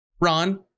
Ron